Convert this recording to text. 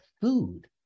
food